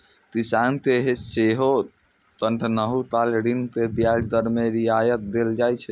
किसान कें सेहो कखनहुं काल ऋण मे ब्याज दर मे रियायत देल जाइ छै